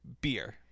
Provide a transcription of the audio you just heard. beer